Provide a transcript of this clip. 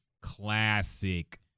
classic